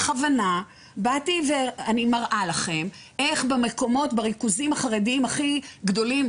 בכוונה אני מראה לכם איך בריכוזים החרדיים הכי גדולים,